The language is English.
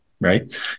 right